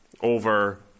over